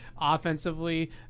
offensively